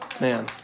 Man